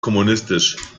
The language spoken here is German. kommunistisch